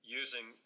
using